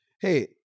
hey